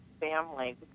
family